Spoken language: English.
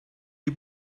you